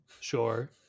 Sure